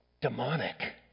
demonic